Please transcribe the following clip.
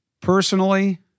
Personally